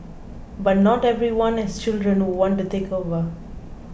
but not everyone has children who want to take over